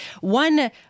One